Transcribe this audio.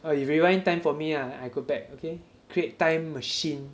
ah you rewind time for me lah I go back okay create time machine